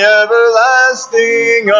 everlasting